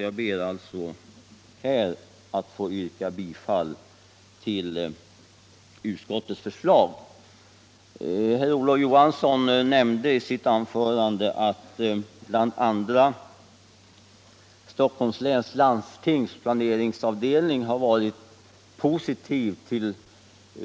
Jag ber därför att här få yrka bifall till utskottets hemställan. Herr Olof Johansson nämnde i sitt anförande att bl.a. Stockholms läns landstings planeringskontor har haft en positiv inställning till